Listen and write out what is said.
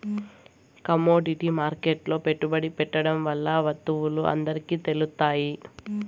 commodity మార్కెట్లో పెట్టుబడి పెట్టడం వల్ల వత్తువులు అందరికి తెలుత్తాయి